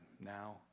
now